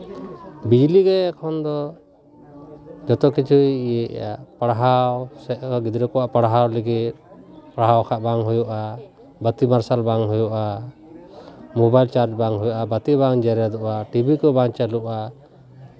ᱵᱤᱡᱽᱞᱤ ᱜᱮ ᱮᱠᱷᱚᱱᱫᱚ ᱡᱚᱛᱚ ᱠᱤᱪᱷᱩᱭ ᱤᱭᱟᱹᱭᱮᱜᱼᱟ ᱯᱟᱲᱦᱟᱣ ᱥᱮ ᱜᱤᱫᱽᱨᱟ ᱠᱚᱣᱟᱜ ᱯᱟᱲᱦᱟᱣ ᱞᱟᱹᱜᱤᱫ ᱯᱟᱲᱦᱟᱣ ᱠᱷᱟᱡ ᱵᱟᱝ ᱦᱩᱭᱩᱜᱼᱟ ᱵᱟᱹᱛᱤ ᱢᱟᱨᱥᱟᱞ ᱵᱟᱝ ᱦᱩᱭᱩᱜᱼᱟ ᱢᱳᱵᱟᱭᱤᱞ ᱪᱟᱨᱡ ᱵᱟᱝ ᱦᱩᱭᱩᱜᱼᱟ ᱵᱟᱹᱛᱤ ᱵᱟᱝ ᱡᱮᱨᱮᱫᱚᱜᱼᱟ ᱴᱤᱵᱷᱤ ᱠᱚ ᱵᱟᱝ ᱪᱟᱹᱞᱩᱜᱼᱟ